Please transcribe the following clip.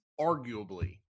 arguably